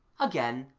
again,